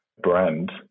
brand